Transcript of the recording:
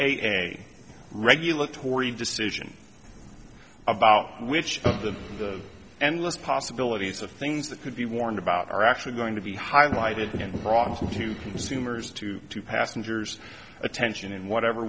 a regulatory decision about which of the the and less possibilities of things that could be warned about are actually going to be highlighted and brought in to consumers to do passengers attention in whatever